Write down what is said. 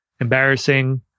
embarrassing